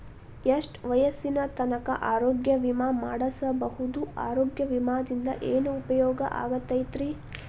ಎಷ್ಟ ವಯಸ್ಸಿನ ತನಕ ಆರೋಗ್ಯ ವಿಮಾ ಮಾಡಸಬಹುದು ಆರೋಗ್ಯ ವಿಮಾದಿಂದ ಏನು ಉಪಯೋಗ ಆಗತೈತ್ರಿ?